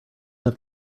have